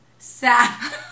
sad